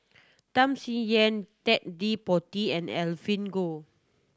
Tham Sien Yen Ted De Ponti and Evelyn Goh